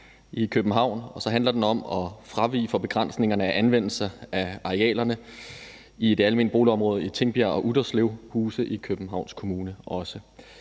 i København, og så handler de om at fravige begrænsningerne af anvendelse af arealerne i det almene boligområde i Tingbjerg/Utterslevhuse i Københavns Kommune.